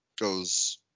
goes